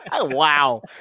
Wow